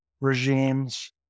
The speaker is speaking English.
regimes